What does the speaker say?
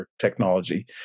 technology